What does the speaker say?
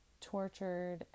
tortured